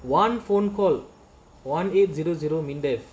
one phone call one eight zero zero mindef